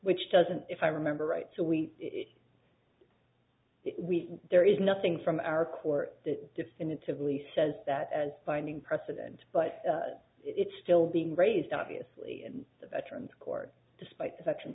which doesn't if i remember right so we we there is nothing from our court that definitively says that as binding precedent but it's still being raised obviously and the veterans court despite its action